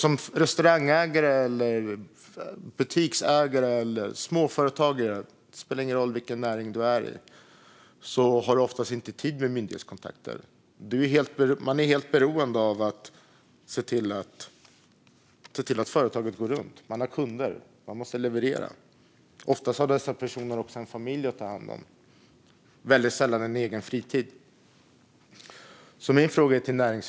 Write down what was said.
Som restaurangägare eller butiksägare - eller småföretagare oavsett näring - har man oftast inte tid med myndighetskontakter. Man är helt beroende av att se till att företaget går runt. Man har kunder. Man måste leverera. Oftast har dessa personer också en familj att ta hand om. Väldigt sällan har de en egen fritid.